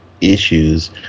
issues